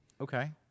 Okay